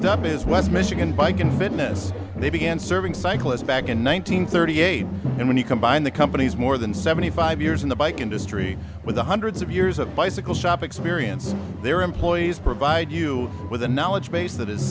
up is west michigan bike and fitness they began serving cyclists back in one thousand thirty eight and when you combine the company's more than seventy five years in the bike industry with the hundreds of years of bicycle shop experience their employees provide you with a knowledge base that is